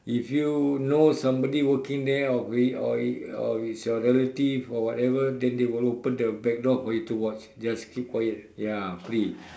if you now somebody working there or or or is your relative or whatever then they will open the back door for you to watch just keep quiet ya free